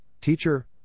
Teacher